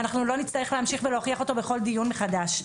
אנחנו לא נצטרך להמשיך ולהוכיח אותו בכל דיון מחדש.